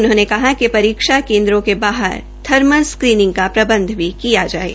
उन्होंने कहा कि परीक्षा केन्द्रों के बाहर थर्मल स्क्रीनिंग का प्रबंध भी किया जाये